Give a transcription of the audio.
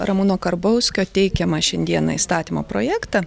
ramūno karbauskio teikiamą šiandieną įstatymo projektą